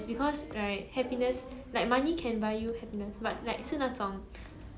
mm correct